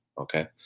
Okay